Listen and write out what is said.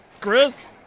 Chris